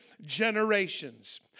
generations